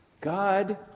God